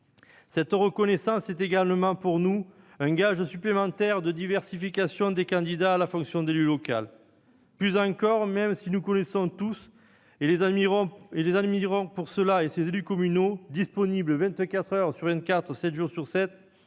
Cette reconnaissance est également pour nous un gage supplémentaire de diversification des candidats à la fonction d'élu communal. Plus encore, même si nous connaissons tous des élus communaux disponibles 24 heures sur 24 et 7 jours sur 7-